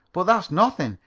but that's nothing.